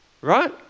right